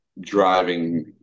driving